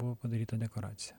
buvo padaryta dekoracija